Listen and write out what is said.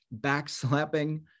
backslapping